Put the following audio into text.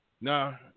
Now